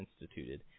instituted